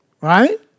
Right